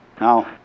Now